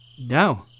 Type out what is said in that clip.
No